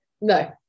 No